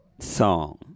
song